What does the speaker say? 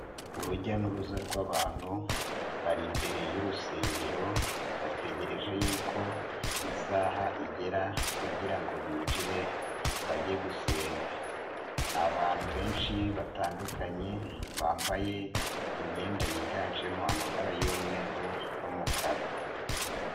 Urujya n'uruza rw'abantu bari imbere y'urusengero bategereje y'uko isaha igera kugira ngo binjire bajye gusenga, ni abantu benshi batandukanye bambaye imyenda yiganjemo amabara y'umweru n'umukara.